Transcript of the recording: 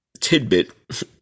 tidbit